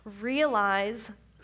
realize